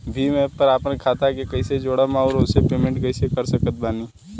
Bhim app पर आपन खाता के कईसे जोड़म आउर ओसे पेमेंट कईसे कर सकत बानी?